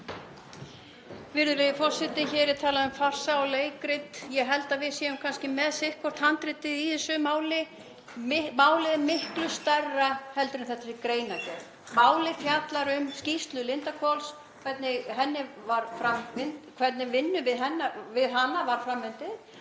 Virðulegi forseti. Hér er talað um farsa og leikrit. Ég held að við séum kannski með sitthvort handritið í þessu máli. Málið er miklu stærra en þessi greinargerð. Málið fjallar um skýrslu um Lindarhvol, hvernig vinnunni við hana vatt fram.